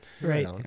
right